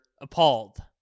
appalled